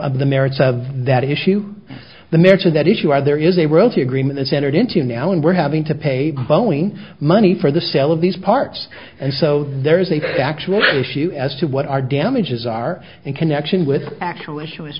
of the merits of that issue the merits of that issue are there is a rosy agreement it's entered into now and we're having to pay boeing money for the sale of these parts and so there is a factual issue as to what our damages are in connection with actual issue as